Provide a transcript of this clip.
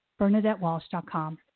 BernadetteWalsh.com